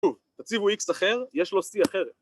תציבו איקס אחר, יש לו סי אחרת